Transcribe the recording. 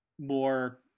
more